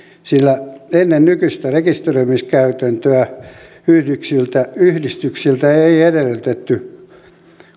sillä ennen nykyistä rekisteröimiskäytäntöä yhdistyksiltä yhdistyksiltä ei edellytetty